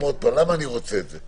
למה אני רוצה את זה?